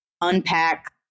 unpack